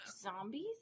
zombies